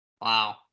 Wow